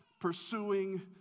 pursuing